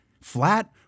flat